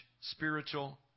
spiritual